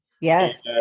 yes